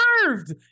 Served